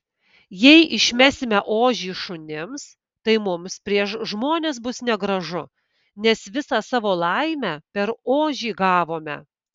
jei išmesime ožį šunims tai mums prieš žmones bus negražu nes visą savo laimę per ožį gavome